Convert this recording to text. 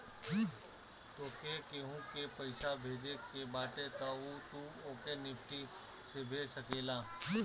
तोहके केहू के पईसा भेजे के बाटे तअ तू ओके निफ्ट से भेज सकेला